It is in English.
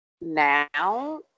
now